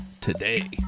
today